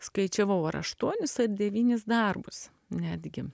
skaičiavau ar aštuonis ar devynis darbus netgi